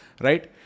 Right